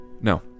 No